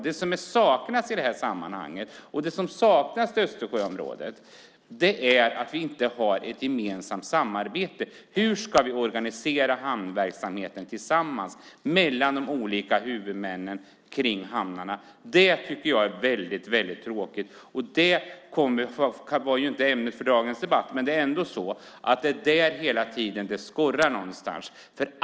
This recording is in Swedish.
Det som saknas i sammanhanget och i Östersjöområdet är att vi inte har ett gemensamt samarbete. Hur ska vi organisera hamnverksamheten tillsammans mellan de olika huvudmännen? Det är tråkigt. Det var inte ämnet för dagens debatt, men det är där det skorrar.